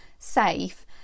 safe